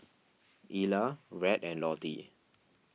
Ela Rhett and Lottie